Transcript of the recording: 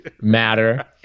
matter